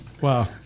Wow